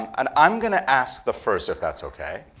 and i'm going to ask the first, if that's ok,